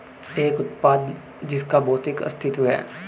एक उत्पाद जिसका भौतिक अस्तित्व है?